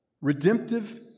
redemptive